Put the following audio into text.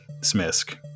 Smisk